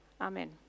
Amen